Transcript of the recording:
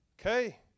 Okay